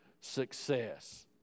success